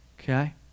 Okay